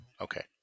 okay